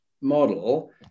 model